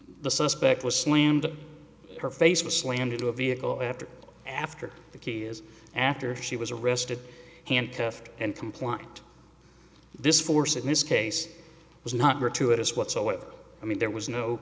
suspect was slammed her face was slammed into a vehicle after after the key is after she was arrested handcuffed and compliant this force in this case was not gratuitous whatsoever i mean there was no